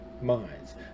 minds